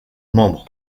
membre